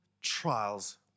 trials